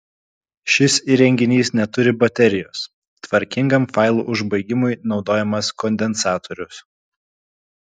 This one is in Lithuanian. šis įrenginys neturi baterijos tvarkingam failų užbaigimui naudojamas kondensatorius